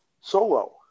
Solo